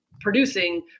producing